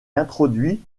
introduit